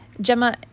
Gemma